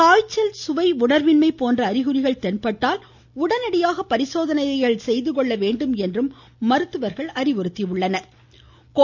காய்ச்சல் சுவை உணர்வின்மை போன்ற அறிகுறிகள் தென்பட்டால் உடனடியாக பரிசோதனைகள் செய்துகொள்ள வேண்டும் என்றும் மருத்துவர்கள் அறிவுறுத்தினர்